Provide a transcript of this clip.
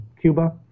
Cuba